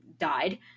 died